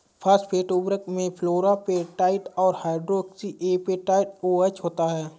phosphate उर्वरक में fluorapatite और हाइड्रोक्सी एपेटाइट ओएच होता है